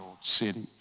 city